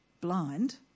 blind